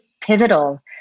pivotal